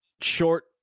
short